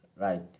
Right